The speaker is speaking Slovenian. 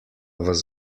vas